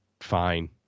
fine